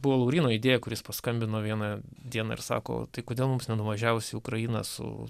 buvo lauryno idėja kuris paskambino vieną dieną ir sako tai kodėl mums nenuvažiavus į ukrainą su